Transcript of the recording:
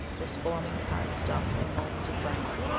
this forming of heart-stuff in moulds of brain,